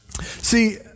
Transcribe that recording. See